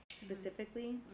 specifically